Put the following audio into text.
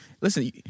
listen